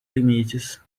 limites